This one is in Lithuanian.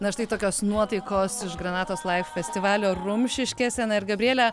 na štai tokios nuotaikos iš granatos laif festivalio rumšiškėse na ir gabriele